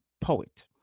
poet